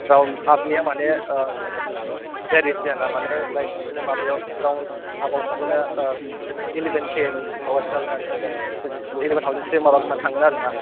दाउन आपनिआ माने एयार एसियान माने लाइक बिसोर माबायाव राउन्ड हाफ आव बिदिनो इलेभेन के नि माब बिदि जागोन आरो इलेभेन थाउसेन्डसो थांगौमोन आरो ना